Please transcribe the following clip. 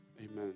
Amen